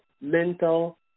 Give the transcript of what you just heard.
mental